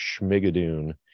Schmigadoon